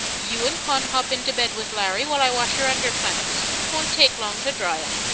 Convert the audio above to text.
you and con hop into bed with larry while i wash yer underflannins twont take long to dry em.